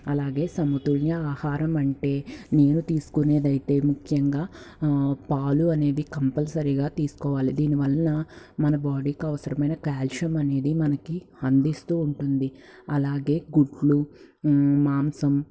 అలాగే సమతుల్య ఆహారం అంటే నేను తీసుకునేదైతే ముఖ్యంగా పాలు అనేవి కంపల్సరిగా తీస్కోవాలి దీని వలన మన బాడీకి అవసరమైన క్యాల్షియం అనేది మనకి అందిస్తూ ఉంటుంది అలాగే గుడ్లు మాంసం